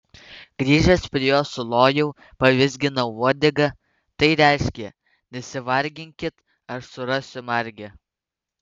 grįžęs prie jo sulojau pavizginau uodegą tai reiškė nesivarginkit aš surasiu margę